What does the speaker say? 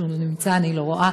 שאיננו נמצא, אני לא רואה.